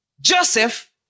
Joseph